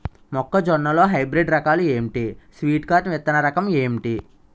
మొక్క జొన్న లో హైబ్రిడ్ రకాలు ఎంటి? స్వీట్ కార్న్ విత్తన రకం ఏంటి?